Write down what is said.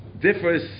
differs